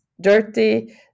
dirty